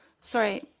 Sorry